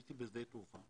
הייתי בשדה התעופה